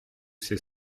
ces